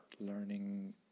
learning